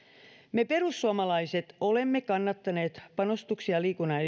me perussuomalaiset olemme kannattaneet panostuksia liikunnan